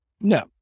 No